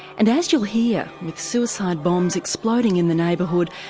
and as you'll hear, with suicide bombs exploding in the neighbourhood,